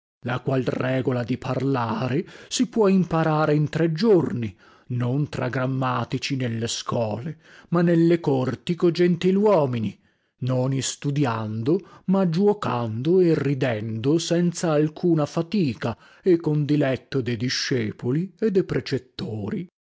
la qual regola di parlare si può imparare in tre giorni non tra grammatici nelle scole ma nelle corti co gentiluomini non istudiando ma giuocando e ridendo senza alcuna fatica e con diletto de discepoli e de precettori